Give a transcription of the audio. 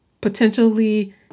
potentially